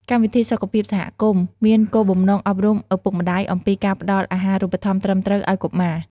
កម្មវិធីសុខភាពសហគមន៍មានគោលបំណងអប់រំឪពុកម្តាយអំពីការផ្ដល់អាហាររូបត្ថម្ភត្រឹមត្រូវឱ្យកុមារ។